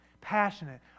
passionate